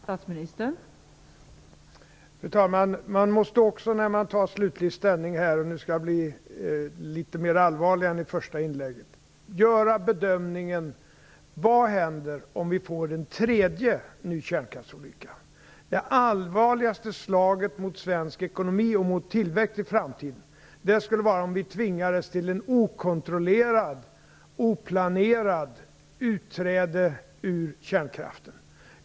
Fru talman! Man måste också när man tar slutlig ställning, och nu skall jag vara litet mer allvarlig än i det första inlägget, göra bedömningen: Vad händer om vi får en tredje kärnkraftsolycka? Det allvarligaste slaget mot svensk ekonomi och mot tillväxt i framtiden skulle vara om vi tvingades till ett okontrollerat, oplanerat utträde ur kärnkraftssystemet.